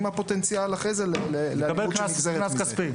עם הפוטנציאל אחרי זה לאלימות שנגזרת מזה.